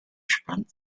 spannt